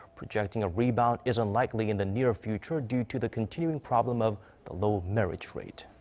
projecting a rebound isn't likely in the near future due to the continuing problem of the low marriage rate.